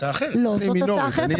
זו ההצעה --- לא, זו הצעה אחרת.